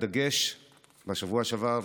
הדגש בשבוע שעבר,